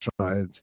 tried